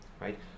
Right